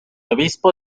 obispo